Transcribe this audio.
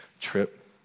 trip